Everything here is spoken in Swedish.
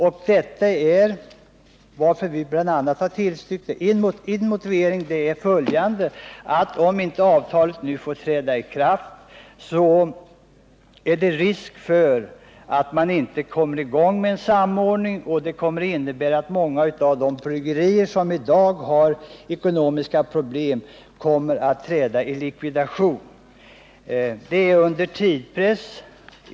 Det första 19 december 1978 skälet för vår tillstyrkan är att om inte avtalet får träda i kraft nu, är det risk för att en samordning inte kommer i gång. Detta kan komma att innebära att många av de bryggerier som i dag har ekonomiska problem riskerar att behöva träda i likvidation.